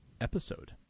episode